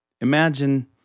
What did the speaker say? Imagine